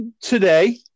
today